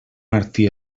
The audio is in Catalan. martí